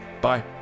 Bye